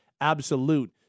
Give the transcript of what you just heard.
absolute